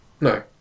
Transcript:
No